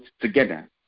together